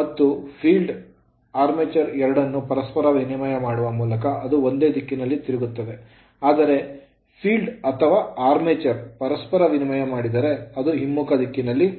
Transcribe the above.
ಮತ್ತು field ಕ್ಷೇತ್ರ ಮತ್ತು armature ಆರ್ಮೇಚರ್ ಎರಡನ್ನೂ ಪರಸ್ಪರ ವಿನಿಮಯ ಮಾಡುವ ಮೂಲಕ ಅದು ಒಂದೇ ದಿಕ್ಕಿನಲ್ಲಿ ತಿರುಗುತ್ತದೆ ಆದರೆ field ಫೀಲ್ಡ್ ಅಥವಾ armature ಆರ್ಮೆಚರ್ ಪರಸ್ಪರ ವಿನಿಮಯ ಮಾಡಿದರೆ ಅದು ಹಿಮ್ಮುಖ ದಿಕ್ಕಿನಲ್ಲಿ ತಿರುಗುತ್ತದೆ